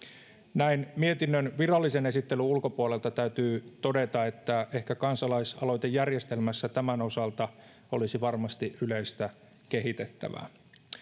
näin mietinnön virallisen esittelyn ulkopuolelta täytyy todeta että ehkä kansalaisaloitejärjestelmässä tämän osalta olisi varmasti yleistä kehitettävää